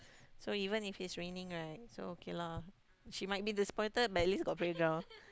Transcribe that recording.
so even if it's raining right so okay lah she might be disappointed but at least got playground